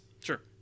Sure